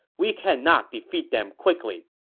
we cannot defeat them quickly.